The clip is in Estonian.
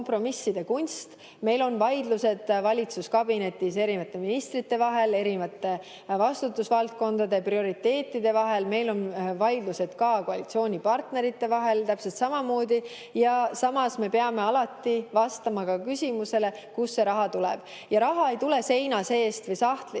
Meil on vaidlused valitsuskabinetis erinevate ministrite vahel, erinevate vastutusvaldkondade ja prioriteetide vahel, meil on vaidlused ka koalitsioonipartnerite vahel täpselt samamoodi. Samas me peame alati vastama ka küsimusele, kust see raha tuleb. Raha ei tule seina seest või sahtlist,